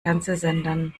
fernsehsendern